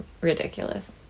ridiculous